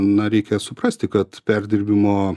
na reikia suprasti kad perdirbimo